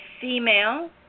female